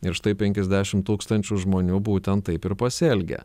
ir štai penkisdešimt tūkstančių žmonių būtent taip ir pasielgę